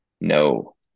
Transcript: No